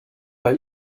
bei